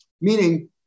meaning